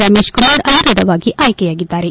ರಮೇಶ್ ಕುಮಾರ್ ಅವಿರೋಧವಾಗಿ ಆಯ್ಕೆಯಾಗಿದ್ದಾರೆ